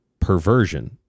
perversion